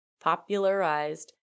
popularized